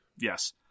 Yes